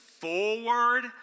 forward